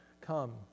come